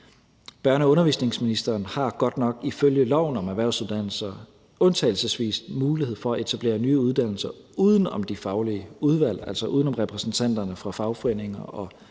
Børne- og undervisningsministeren har godt nok ifølge loven om erhvervsuddannelser undtagelsesvis mulighed for at etablere nye uddannelser uden om de faglige udvalg, altså uden om repræsentanterne for fagforeninger og